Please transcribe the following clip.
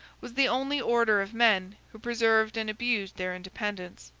was the only order of men who preserved and abused their independence.